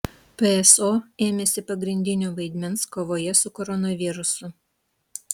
pso ėmėsi pagrindinio vaidmens kovoje su koronavirusu